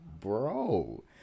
bro